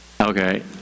Okay